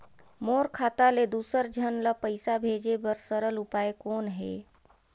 मोर खाता ले दुसर झन ल पईसा भेजे बर सरल उपाय कौन हे?